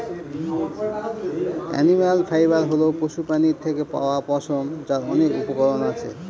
animal fibre হল পশুপ্রাণীর থেকে পাওয়া পশম, যার অনেক উপকরণ আছে